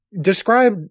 Describe